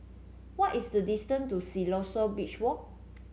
what is the distance to Siloso Beach Walk